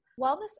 wellness